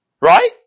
Right